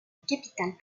capitale